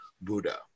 Buddha